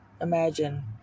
imagine